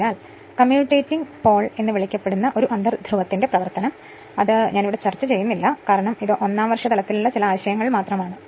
അതിനാൽ commutating pole എന്ന് വിളിക്കപ്പെടുന്ന ഈ അന്തർധ്രുവത്തിന്റെ പ്രവർത്തനം ഞാൻ ഇവിടെ ചർച്ച ചെയ്യുന്നില്ല കാരണം ഇത് ഒന്നാം വർഷ തലത്തിലുള്ള ചില ആശയങ്ങൾ മാത്രമാണ്